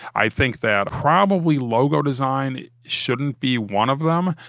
i think that probably logo design shouldn't be one of them.